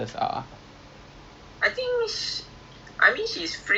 okay lah nanti I berbual dengan I punya adik lah mana kita nak pergi